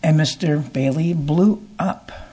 and mr bailey blew up